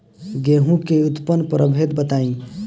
गेंहू के उन्नत प्रभेद बताई?